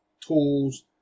tools